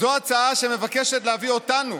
זו הצעה שמבקשת להביא אותנו